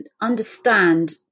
understand